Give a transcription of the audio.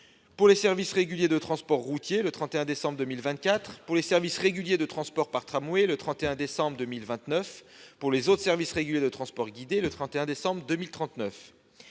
pour les services réguliers de transport routier, le 31 décembre 2029 pour les services réguliers de transport par tramway et le 31 décembre 2039 pour les autres services réguliers de transports guidés. Enfin, pour les